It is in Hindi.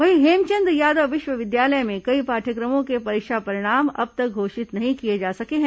वहीं हेमचंद यादव विश्वविद्यालय में कई पाठ्यक्रमों के परीक्षा परिणाम अब तक घोषित नहीं किए जा सके हैं